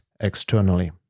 externally